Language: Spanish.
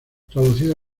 traducido